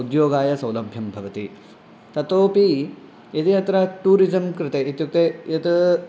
उद्योगाय सौलभ्यं भवति ततोऽपि यदि अत्र टूरिज़ं कृते इत्युक्ते यत्